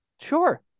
Sure